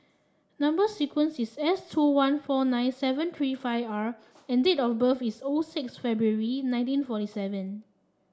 number sequence is S two one four nine seven three five R and date of birth is O six February nineteen forty seven